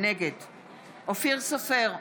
נגד אופיר סופר,